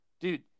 dude